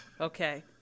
Okay